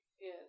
Yes